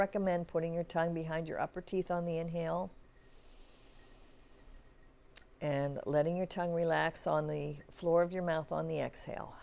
recommend putting your time behind your upper teeth on the inhale and letting your tongue relax on the floor of your mouth on the exhale